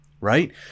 right